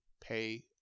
pay